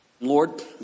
Lord